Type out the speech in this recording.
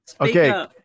Okay